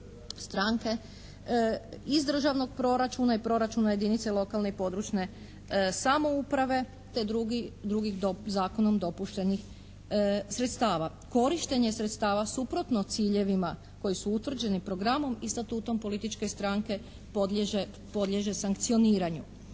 stranke. Iz državnog proračuna i proračuna jedinice lokalne i područne samouprave te drugih zakonom dopuštenih sredstava. Korištenje sredstava suprotno ciljevima koji su utvrđeni programom i Statutom političke stranke podliježe sankcioniranju.